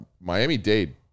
Miami-Dade